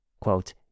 quote